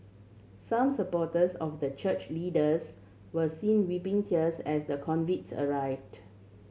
some supporters of the church leaders were seen wiping tears as the convicts arrived